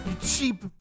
cheap